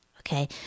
Okay